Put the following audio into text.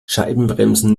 scheibenbremsen